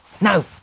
no